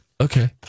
Okay